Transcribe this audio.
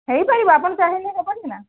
ହେଇପାରିବ ଆପଣ ଚାହିଁଲେ ହେବନି ନା